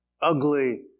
ugly